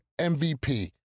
MVP